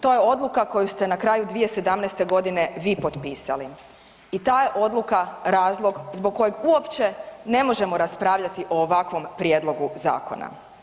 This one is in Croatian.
To je odluka koju ste na kraju 2017. g. vi potpisali i ta je odluka razlog zbog kojeg uopće ne možemo raspravljati o ovakvom prijedlogu zakona.